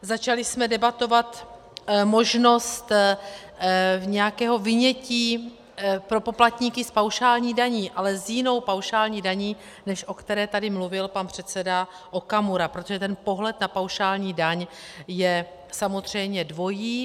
Začali jsme debatovat možnost nějakého vynětí pro poplatníky s paušální daní, ale s jinou paušální daní, než o které tady mluvil pan předseda Okamura, protože ten pohled na paušální daň je samozřejmě dvojí.